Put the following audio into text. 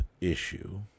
issue